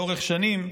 לאורך שנים,